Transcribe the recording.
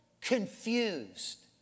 confused